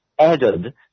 added